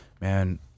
man